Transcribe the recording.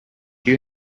you